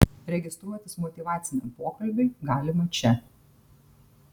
registruotis motyvaciniam pokalbiui galima čia